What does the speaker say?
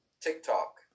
TikTok